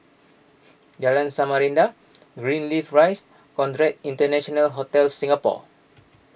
Jalan Samarinda Greenleaf Rise Conrad International Hotel Singapore